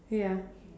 ya